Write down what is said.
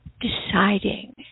deciding